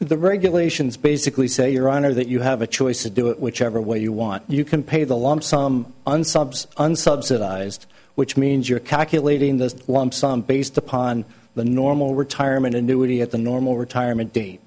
the regulations basically say your honor that you have a choice to do it whichever way you want you can pay the lump sum and subs unsubsidized which means you're calculating the lump sum based upon the normal retirement annuity at the normal retirement date